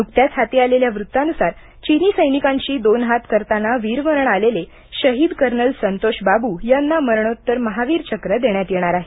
नुकत्याच हाती आलेल्या वृत्तानुसार चिनी सैनिकांशी दोन हात करताना वीरमरण आलेले शहीद कर्नल संतोष बाबू यांना मरणोत्तर महावीरचक्र देण्यात येणार आहे